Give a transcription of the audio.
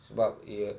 but you